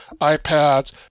iPads